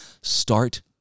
start